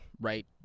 right